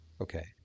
Okay